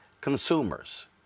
consumers